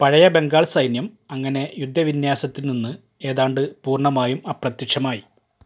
പഴയ ബംഗാൾ സൈന്യം അങ്ങനെ യുദ്ധവിന്യാസത്തിൽ നിന്ന് ഏതാണ്ട് പൂർണ്ണമായും അപ്രത്യക്ഷമായി